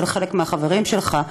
של חלק מהחברים שלך.